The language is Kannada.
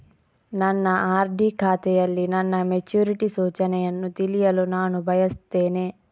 ನನ್ನ ಆರ್.ಡಿ ಖಾತೆಯಲ್ಲಿ ನನ್ನ ಮೆಚುರಿಟಿ ಸೂಚನೆಯನ್ನು ತಿಳಿಯಲು ನಾನು ಬಯಸ್ತೆನೆ